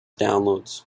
downloads